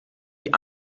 die